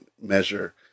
measure